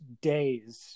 days